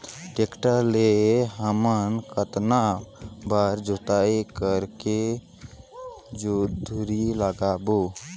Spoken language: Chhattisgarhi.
टेक्टर ले हमन कतना बार जोताई करेके जोंदरी लगाबो?